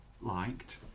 liked